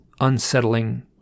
unsettling